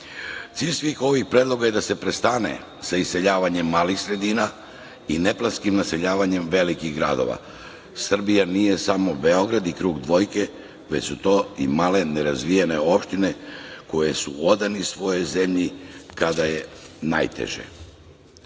svih ovih predloga je da se prestane sa iseljavanjem malih sredina i neplanskim naseljavanjem velikih gradova. Srbija nije samo Beograd i krug dvojke, već su to imale nerazvijene opštine koje su odane svojoj zemlji kada je najteže. Takođe